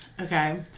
Okay